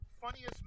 funniest